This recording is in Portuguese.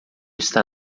está